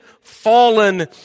fallen